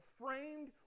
framed